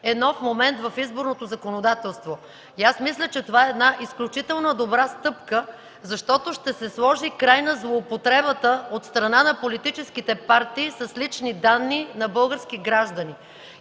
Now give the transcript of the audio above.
е нов момент в изборното законодателство. Аз мисля, че това е една изключително добра стъпка, защото ще се сложи край на злоупотребата от страна на политическите партии с лични данни на български граждани.